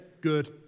Good